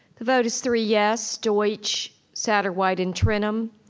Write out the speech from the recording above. the vote is three yes, deutsch, satterwhite, and trenum,